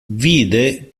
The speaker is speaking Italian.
vide